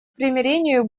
примирению